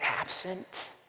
absent